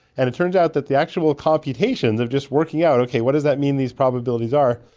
and it turns out that the actual computations of just working out okay, what does that mean these probabilities are,